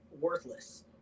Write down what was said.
worthless